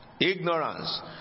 ignorance